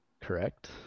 Correct